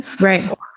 Right